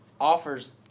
offers